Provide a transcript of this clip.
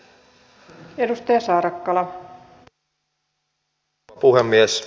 arvoisa rouva puhemies